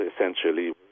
essentially